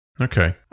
Okay